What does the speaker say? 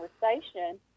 conversation